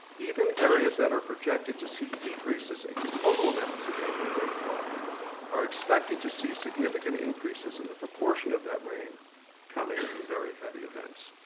even areas that are projected to see decreases in total amounts of annual rainfall are expected to see significant increases in the proportion of that rain coming in very heavy events.